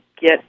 get